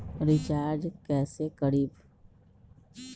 Recharge कैसे करीब?